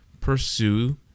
pursue